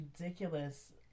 ridiculous